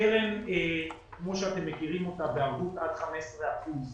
הקרן, כמו אתם מכירים אותה, בערבות עד 15 אחוזים.